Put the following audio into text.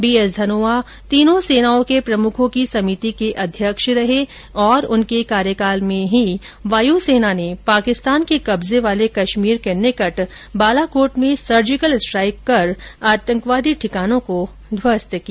B S Dhanoa तीनों सेनाओं के प्रमुखों की समिति के अध्यक्ष रहे और उनके कार्यकाल में ही वायु सेना ने पाकिस्तान के कब्जे वाले कश्मीर के निकट बालाकोट में सर्जिकल स्ट्राइक कर आंतकवादी ठिकानों को ध्वस्त किया